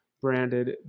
branded